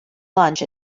lunch